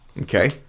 Okay